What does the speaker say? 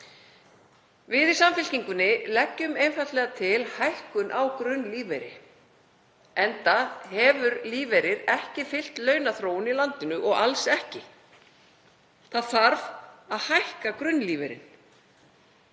Við í Samfylkingunni leggjum einfaldlega til hækkun á grunnlífeyri enda hefur lífeyrir ekki fylgt launaþróun í landinu, alls ekki. Það þarf að hækka grunnlífeyrinn.